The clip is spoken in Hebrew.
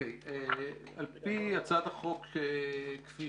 על פי הצעת החוק כפי